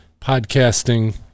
podcasting